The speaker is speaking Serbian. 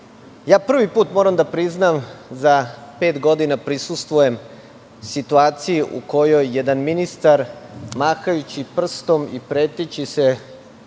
put moram da priznam za pet godina da prisustvujem situaciji u kojoj jedan ministar, mahajući prstom i preteći se